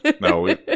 No